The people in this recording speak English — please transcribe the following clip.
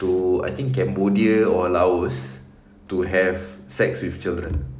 to I think cambodia or laos to have sex with children